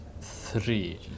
three